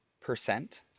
percent